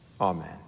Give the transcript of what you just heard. Amen